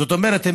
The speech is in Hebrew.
זאת אומרת,